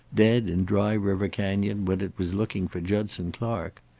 dead in dry river canyon when it was looking for judson clark.